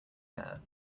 hair